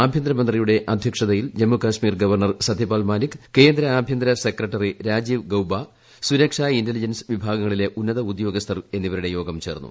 ആഭ്യന്തരമന്ത്രിയുടെ അധ്യക്ഷതയിൽ ജമ്മുകശ്മീർ ഗവർണർ സത്യപാൽ മാലിക് കേന്ദ്ര ആഭ്യന്തര സെക്രട്ടറി രാജീവ് ഗൌബ്ബ സുരക്ഷാ ഇന്റലിജൻസ് വിഭാഗങ്ങളിലെ ഉന്നത ഉദ്യോഗസ്ഥർ എന്നിവരുടെ യോഗം ചേർന്നു